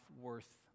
worth